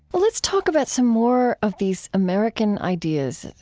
but let's talk about some more of these american ideas.